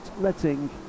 letting